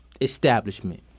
establishment